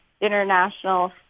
international